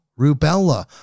rubella